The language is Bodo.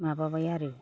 माबाबाय आरो